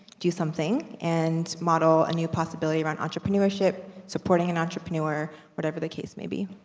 do something, and model a new possibility around entrepreneurship, supporting an entrepreneur, whatever the case may be.